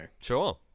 Sure